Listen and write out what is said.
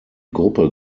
gruppe